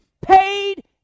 paid